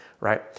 right